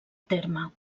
terme